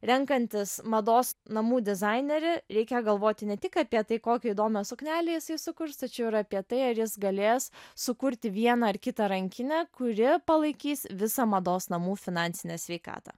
renkantis mados namų dizainerį reikia galvoti ne tik apie tai kokią įdomią suknelę jisai sukurs tačiau ir apie tai ar jis galės sukurti vieną ar kitą rankinę kuri palaikys visą mados namų finansinę sveikatą